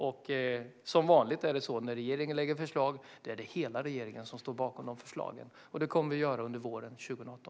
Och som vanligt när regeringen lägger fram förslag är det hela regeringen som står bakom dessa förslag. Detta kommer vi att göra under våren 2018.